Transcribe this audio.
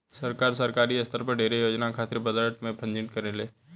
सरकार, सरकारी स्तर पर ढेरे योजना खातिर बजट से फंडिंग करेले